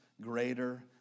greater